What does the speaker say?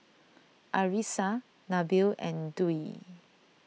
Arissa Nabil and Dwi